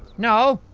no.